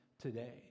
today